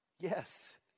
Yes